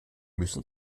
müssen